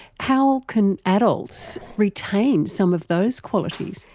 how can adults retain some of those qualities?